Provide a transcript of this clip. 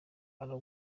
ella